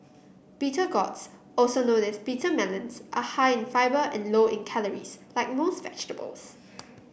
bitter gourds also known as bitter melons are high in fibre and low in calories like most vegetables